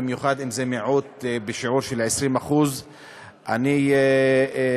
במיוחד אם זה מיעוט בשיעור של 20%. הנחתי